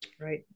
right